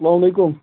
اسلامُ علیکُم